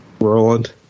Roland